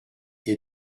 est